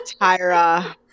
Tyra